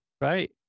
right